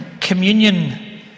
communion